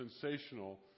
sensational